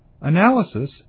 Analysis